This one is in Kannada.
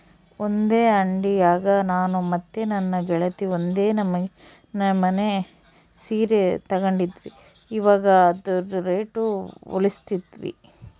ಒಂದೇ ಅಂಡಿಯಾಗ ನಾನು ಮತ್ತೆ ನನ್ನ ಗೆಳತಿ ಒಂದೇ ನಮನೆ ಸೀರೆ ತಗಂಡಿದ್ವಿ, ಇವಗ ಅದ್ರುದು ರೇಟು ಹೋಲಿಸ್ತಿದ್ವಿ